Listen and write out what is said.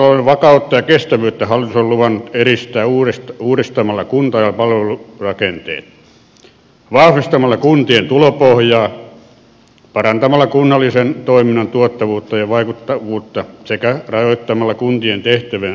kuntatalouden vakautta ja kestävyyttä hallitus on luvannut edistää uudistamalla kunta ja palvelurakenteet vahvistamalla kuntien tulopohjaa parantamalla kunnallisen toiminnan tuottavuutta ja vaikuttavuutta sekä rajoittamalla kuntien tehtävien laajentamista